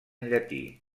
llatí